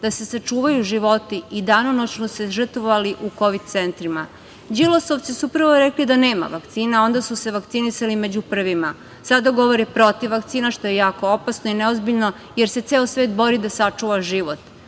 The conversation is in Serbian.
da se sačuvaju životi i danonoćno se žrtvovali u kovid centrima. Đilasovci su prvo rekli da nema vakcina, a onda su se vakcinisali među prvima. Sada govore protiv vakcina, što je jako opasno i neozbiljno, jer se ceo svet bori da sačuva život.